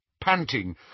Panting